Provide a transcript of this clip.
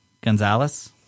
Gonzalez